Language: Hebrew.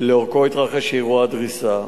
שלאורכו התרחש אירוע הדריסה,